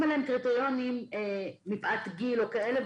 עליהם קריטריונים מפאת גיל או כאלה.